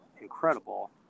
incredible